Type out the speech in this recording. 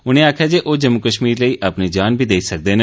उनें आक्खेया जे ओ जम्मू कश्मीर लेई अपनी जान बी देई सकदे न